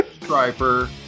striper